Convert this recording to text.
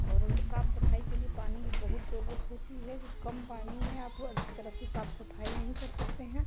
और साफ़ सफ़ाई के लिए पानी की बहुत ज़रूरत होती है क्योंकि कम पानी में आप अच्छी तरह से साफ़ सफ़ाई नहीं कर सकते हैं